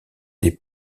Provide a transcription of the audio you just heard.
des